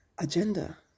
Agenda